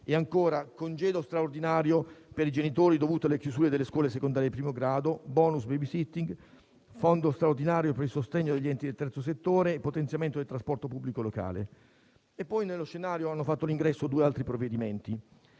e ancora congedo straordinario per i genitori dovuto alle chiusure delle scuole secondarie di primo grado, *bonus baby sitting*, fondo straordinario per il sostegno degli enti del terzo settore e potenziamento del trasporto pubblico locale. Poi nello scenario hanno fatto ingresso altri due provvedimenti: